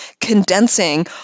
condensing